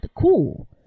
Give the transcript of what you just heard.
cool